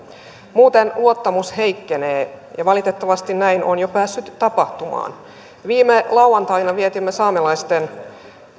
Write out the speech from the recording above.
muuten luottamus heikkenee ja valitettavasti näin on jo päässyt tapahtumaan viime lauantaina vietimme saamelaisten